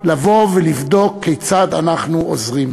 לבדוק כיצד אנחנו עוזרים.